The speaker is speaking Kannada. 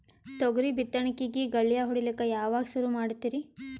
ತೊಗರಿ ಬಿತ್ತಣಿಕಿಗಿ ಗಳ್ಯಾ ಹೋಡಿಲಕ್ಕ ಯಾವಾಗ ಸುರು ಮಾಡತೀರಿ?